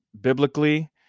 biblically